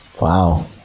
Wow